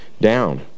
down